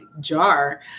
jar